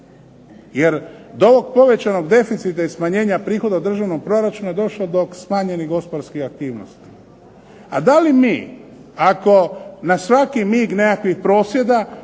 Jer do ovog povećanog deficita i smanjenja prihoda u državnom proračunu je došlo do smanjenih gospodarskih aktivnosti. A da li mi ako na svaki mig nekakvih prosvjeda